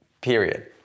period